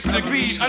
degrees